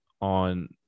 on